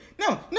no